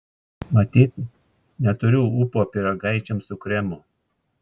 matyt neturiu ūpo pyragaičiams su kremu